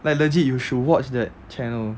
like legit you should watch that channel